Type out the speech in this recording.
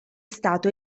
stato